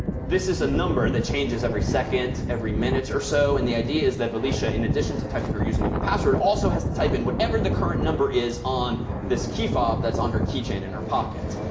this is a number that changes every second, every minute or so, and the idea is that felicia in addition to typing her username and password also has to type in whatever the current number is on this key fob that's on her key chain in her pocket.